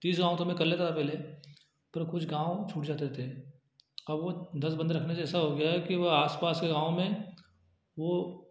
तीस गाँव तो मैं कर लेता था पहले पर कुछ गाँव छूट जाते थे अब वो दस बंदे रखने ऐसा हो गया है कि वह आसपास के गाँव में वो